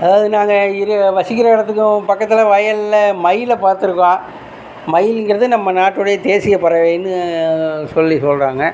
அதாவது நாங்கள் இரு வசிக்கிற இடத்துக்கும் பக்கத்தில் வயலில் மயிலை பார்த்துருக்கோம் மயில்ங்கிறது நம்ம நாட்டுடைய தேசியப் பறவைன்னு சொல்லி சொல்கிறாங்க